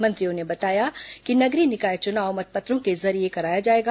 मंत्रियों ने बताया कि नगरीय निकाय चुनाव मतपत्रों के जरिये कराया जाएगा